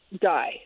die